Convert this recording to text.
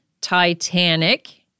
Titanic